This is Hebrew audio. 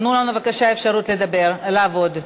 תנו לנו בבקשה אפשרות לדבר, לעבוד.